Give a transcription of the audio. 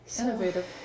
innovative